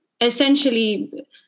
essentially